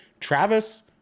Travis